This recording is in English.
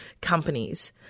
companies